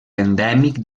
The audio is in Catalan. endèmic